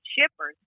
shippers